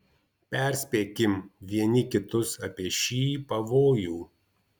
perspėkim vieni kitus apie šį pavojų